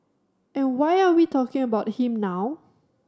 and why are we talking about him now